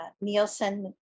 Nielsen